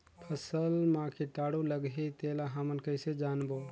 फसल मा कीटाणु लगही तेला हमन कइसे जानबो?